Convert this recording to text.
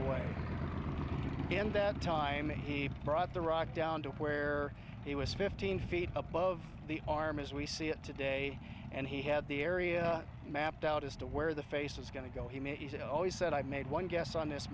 away and that time he brought the rock down to where he was fifteen feet above the arm as we see it today and he had the area mapped out as to where the face was going to go he said always said i made one guess on this